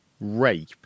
rape